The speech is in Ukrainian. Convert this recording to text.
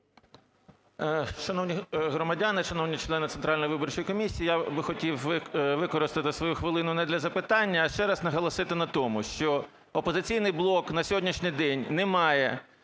Шановні громадяни! Шановні члени Центральної виборчої комісії! Я би хотів використати свою хвилину не для запитання, а ще раз наголосити на тому, що "Опозиційний блок" на сьогоднішній день не має